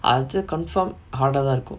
I'll just confirm hard ah தா இருக்கு:tha irukku